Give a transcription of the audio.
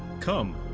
come,